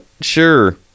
sure